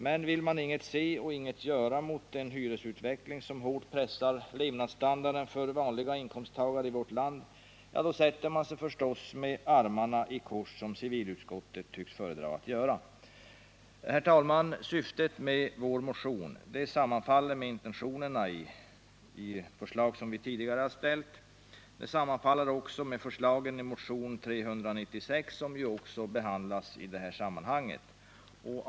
Men vill man inget se och inget göra mot en hyresutveckling, som hårt pressar levnadsstandarden för de vanliga inkomsttagarna i vårt land, ja, då sätter man sig förstås med armarna i kors, som civilutskottet tycks föredra att göra. Herr talman! Syftet med vår motion sammanfaller med intentionerna i förslag som vi tidigare har ställt liksom med förslagen i motionen 396, som också behandlas i detta sammanhang.